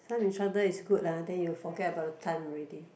some instructor is good lah then you forget about the time already